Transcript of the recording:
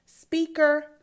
speaker